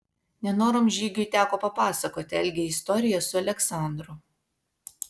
nenorom žygiui teko papasakoti algei istoriją su aleksandru